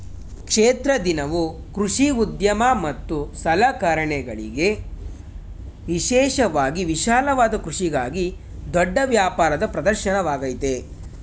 ಕ್ಷೇತ್ರ ದಿನವು ಕೃಷಿ ಉದ್ಯಮ ಮತ್ತು ಸಲಕರಣೆಗಳಿಗೆ ವಿಶೇಷವಾಗಿ ವಿಶಾಲವಾದ ಕೃಷಿಗಾಗಿ ದೊಡ್ಡ ವ್ಯಾಪಾರದ ಪ್ರದರ್ಶನವಾಗಯ್ತೆ